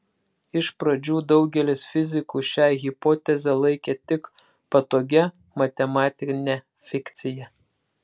iš pradžių daugelis fizikų šią hipotezę laikė tik patogia matematine fikcija